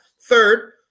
Third